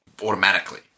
Automatically